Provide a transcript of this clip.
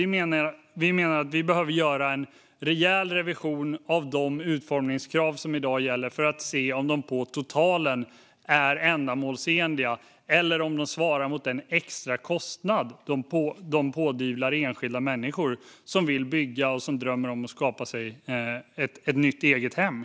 Vi menar att vi behöver göra en rejäl revision av de utformningskrav som i dag gäller för att se om de på totalen är ändamålsenliga och om de svarar mot den extra kostnad de pådyvlar enskilda människor som vill bygga och som drömmer om att skapa sig ett nytt eget hem.